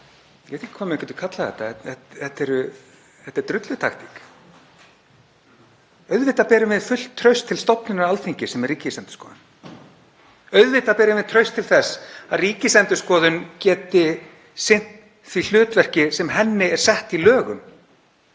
ég veit ekki hvað maður getur kallað þetta, þetta er drullutaktík. Auðvitað berum við fullt traust til stofnunar Alþingis sem er Ríkisendurskoðun. Auðvitað berum við traust til þess að Ríkisendurskoðun geti sinnt því hlutverki sem henni er sett í lögum.